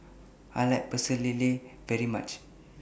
I like Pecel Lele very much